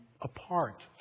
apart